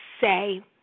say